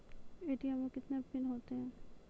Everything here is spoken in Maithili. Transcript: ए.टी.एम मे कितने पिन होता हैं?